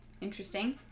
interesting